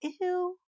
Ew